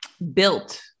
built